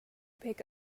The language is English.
pick